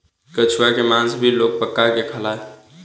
कछुआ के मास भी लोग पका के खाला